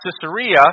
Caesarea